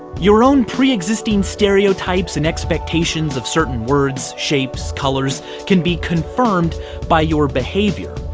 your own pre-existing stereotypes and expectations of certain words, shapes, colors can be confirmed by your behavior,